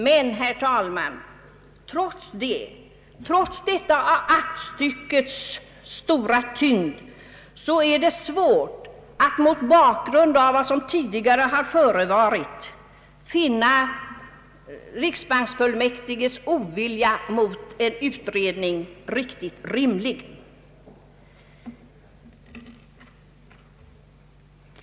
Men, herr talman, trots detta aktstyckes stora tyngd är det svårt att mot bakgrund av vad som tidigare har förevarit finna riksbanksfullmäktiges ovilja mot en utredning riktigt rimlig.